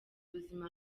ubuzima